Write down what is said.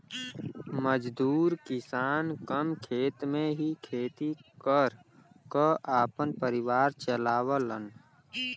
मजदूर किसान कम खेत में ही खेती कर क आपन परिवार चलावलन